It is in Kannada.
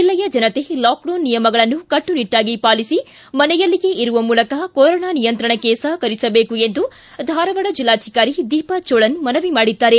ಜಿಲ್ಲೆಯ ಜನತೆ ಲಾಕ್ ಡೌನ್ ನಿಯಮಗಳನ್ನು ಕಟ್ಪನಿಟ್ಲಾಗಿ ಪಾಲಿಸಿ ಮನೆಯಲ್ಲಿಯೇ ಇರುವ ಮೂಲಕ ಕೊರೊನಾ ನಿಯಂತ್ರಣಕ್ಕೆ ಸಹಕರಿಸಬೇಕು ಎಂದು ಧಾರವಾಡ ಜಿಲ್ಲಾಧಿಕಾರಿ ದೀಪಾ ಜೋಳನ್ ಮನವಿ ಮಾಡಿದ್ದಾರೆ